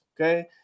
okay